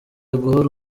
guhora